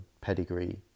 pedigree